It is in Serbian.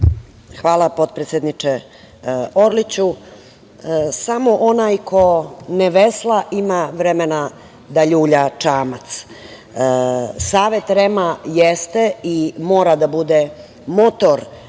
Hvala, potpredsedniče Orliću. Samo onaj ko ne vesla ima vremena da ljulja čamac. Savet REM-a jeste i mora da bude motor